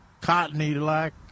cottony-like